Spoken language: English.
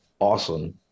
awesome